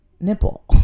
nipple